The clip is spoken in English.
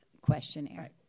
questionnaire